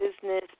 business